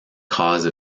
cause